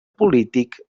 polític